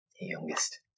Youngest